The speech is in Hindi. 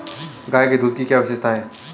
गाय के दूध की क्या विशेषता है?